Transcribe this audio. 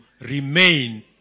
remain